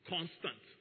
Constant